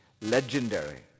legendary